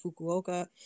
Fukuoka